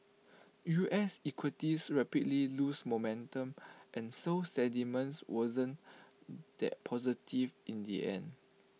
us equities rapidly lose momentum and so sentiment wasn't that positive in the end